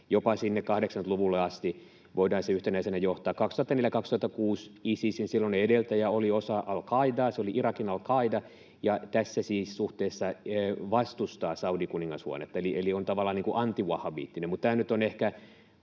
jopa sinne 80-luvulle asti voidaan se yhtenäisenä johtaa. 2004—2006 Isisin silloinen edeltäjä oli osa al-Qaidaa, se oli Irakin al-Qaida, ja tässä suhteessa siis vastustaa saudikuningashuonetta eli on tavallaan niin kuin anti-wahhabiittinen. Mutta tämä nyt on ehkä